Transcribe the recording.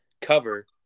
cover